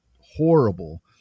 horrible